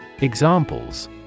Examples